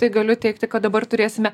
tai galiu teigti kad dabar turėsime